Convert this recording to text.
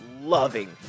loving